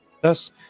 thus